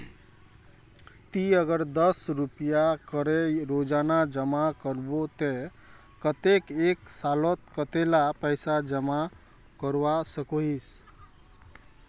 ती अगर दस रुपया करे रोजाना जमा करबो ते कतेक एक सालोत कतेला पैसा जमा करवा सकोहिस?